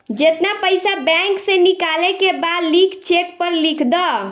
जेतना पइसा बैंक से निकाले के बा लिख चेक पर लिख द